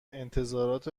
انتظارات